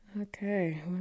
Okay